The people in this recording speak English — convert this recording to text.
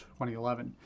2011